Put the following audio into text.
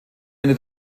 eine